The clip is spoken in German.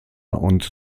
und